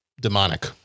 demonic